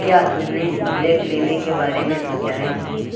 کیا تم نے بریک لینے کے بارے میں سوچا ہے